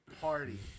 party